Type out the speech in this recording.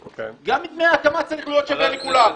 גם דמי הקמה צריך להיות שווה לכולם.